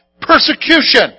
persecution